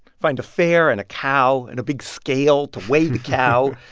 find a fair and a cow and a big scale to weigh the cow.